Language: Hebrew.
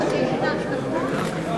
אדוני.